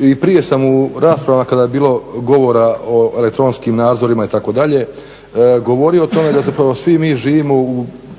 i prije sam u raspravama kada je bilo govora o elektronskim nadzorima itd. govorio o tome da upravo mi svi živimo u